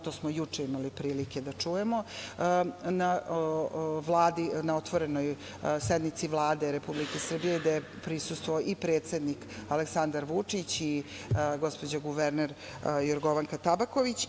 To smo juče imali prilike da čujemo na otvorenoj sednici Vlade Republike Srbije, gde je prisustvovao i predsednik Aleksandar Vučić i gospođa guvernerka Jorgovanka Tabaković.